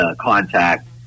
contact